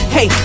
Hey